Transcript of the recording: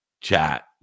chat